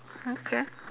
okay